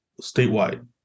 statewide